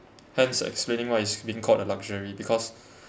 hence explaining why it's been called a luxury because